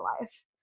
life